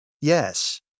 Yes